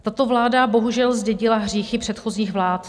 Tato vláda bohužel zdědila hříchy předchozích vlád.